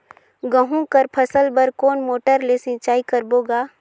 गहूं कर फसल बर कोन मोटर ले सिंचाई करबो गा?